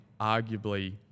arguably